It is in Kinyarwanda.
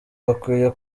bakwiye